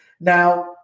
now